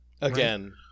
Again